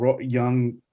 young